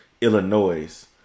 Illinois